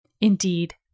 indeed